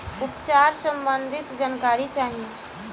उपचार सबंधी जानकारी चाही?